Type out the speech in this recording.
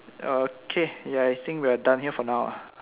okay ya I think we are done here for now lah